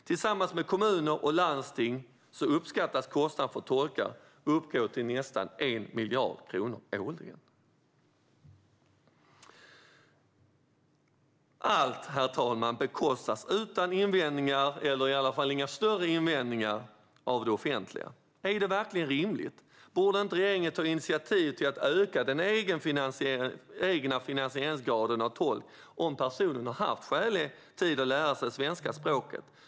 Tillsammans med kommuner och landsting uppskattas kostnaderna för tolkar uppgå till nästan 1 miljard kronor årligen. Herr talman! Allt bekostas utan invändningar - i varje fall inga större invändningar - av det offentliga. Är detta verkligen rimligt? Borde inte regeringen ta initiativ till att öka den egna finansieringsgraden av tolk om personen i fråga har haft skälig tid att lära sig svenska språket?